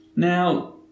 Now